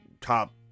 top